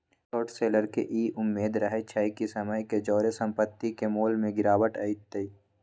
short seller के इ उम्मेद रहइ छइ कि समय के जौरे संपत्ति के मोल में गिरावट अतइ